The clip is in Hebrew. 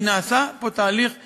כי נעשה פה תהליך מדוקדק.